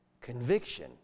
Conviction